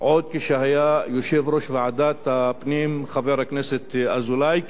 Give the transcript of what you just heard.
עוד כשהיה יושב-ראש ועדת הפנים חבר הכנסת אזולאי,